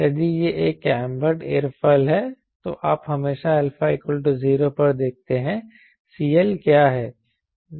यदि यह एक कैंबर्ड एयरोफॉयल है तो आप हमेशा α 0 पर देखते हैं CL क्या है